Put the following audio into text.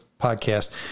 podcast